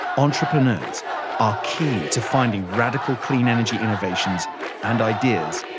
entrepreneurs are key to finding radical clean energy innovations and ideas,